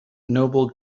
noble